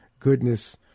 goodness